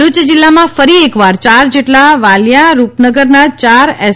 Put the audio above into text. ભરૂચ જિલ્લામાં ફરી એકવાર ચાર જેટલા વાલીયા રૂપનગરના ચાર એસ